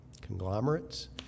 conglomerates